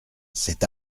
cet